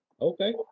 Okay